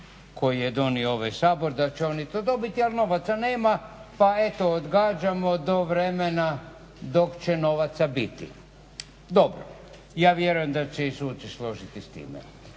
koji je donio ovaj Sabor da će oni to dobiti, ali novaca nema pa eto odgađamo do vremena dok će novaca biti. Dobro. Ja vjerujem da će i suci složiti s time.